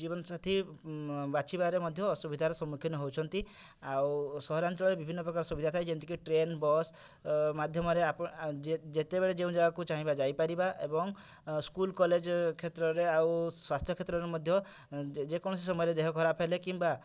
ଜୀବନ ସାଥି ବାଛିବାରେ ମଧ୍ୟ ଅସୁବିଧାର ସମ୍ମୁଖୀନ ହେଉଛନ୍ତି ଆଉ ସହରାଞ୍ଚଳରେ ବିଭିନ୍ନ ପ୍ରକାର ସୁବିଧା ଥାଏ ଯେମିତିକି ଟ୍ରେନ୍ ବସ୍ ମାଧ୍ୟମରେ ଯେତେବେଳେ ଯେଉଁ ଜାଗାକୁ ଚାହିଁବା ଯାଇ ପାରିବା ଏବଂ ସ୍କୁଲ୍ କଲେଜ୍ କ୍ଷେତ୍ରରେ ଆଉ ସ୍ଵାସ୍ଥ୍ୟ କ୍ଷେତ୍ରରେ ମଧ୍ୟ ଯେ କୌଣସି ସମୟରେ ଦେହ ଖରାପ ହେଲେ କିମ୍ବା